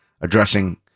addressing